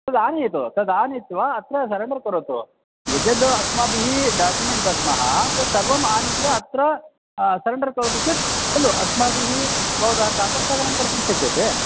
तद् आनयतु तद् आनीत्वा अत्र सेरेण्डर् करोतु यद्यद् अस्माभिः डाक्युमेण्ट् दद्मः तत् सर्वम् आनीत्वा अत्र सरेण्डर् सरेण्डर् करोति चेत् खलु अस्माभिः भवतः कात स्थगनं कर्तुं शक्यते